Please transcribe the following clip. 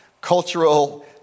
cultural